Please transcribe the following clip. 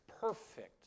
perfect